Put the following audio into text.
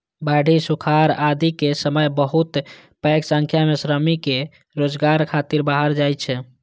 बाढ़ि, सुखाड़ आदिक समय बहुत पैघ संख्या मे श्रमिक रोजगार खातिर बाहर जाइ छै